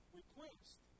request